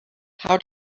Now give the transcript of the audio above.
how